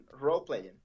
role-playing